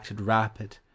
rapid